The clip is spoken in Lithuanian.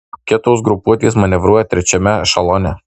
kitos grupuotės manevruoja trečiajame ešelone